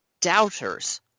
doubters